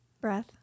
breath